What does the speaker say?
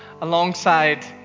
alongside